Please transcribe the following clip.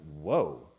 whoa